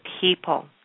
people